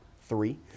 three